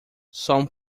some